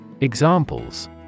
Examples